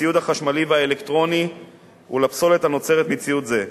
לציוד החשמלי והאלקטרוני ולפסולת הנוצרת מציוד זה,